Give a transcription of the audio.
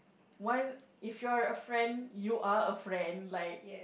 one if you're a friend you are a friend like